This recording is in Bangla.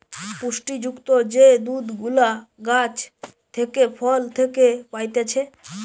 পুষ্টি যুক্ত যে দুধ গুলা গাছ থেকে, ফল থেকে পাইতেছে